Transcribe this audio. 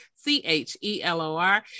C-H-E-L-O-R